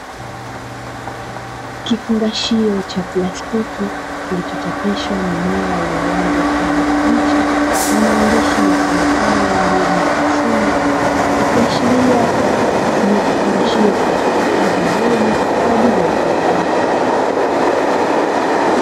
Kifungashio cha plastiki kilichochapishwa mimea yenye rangi ya kijani kibichi na maandishi yasemekayo mbegu za "simlaw" ikiashiria ni kifungashio kilichohifadhi mbegu kwa ajili ya kilimo.